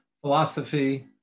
philosophy